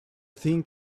thing